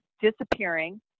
disappearing